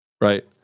right